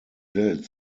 welt